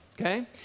okay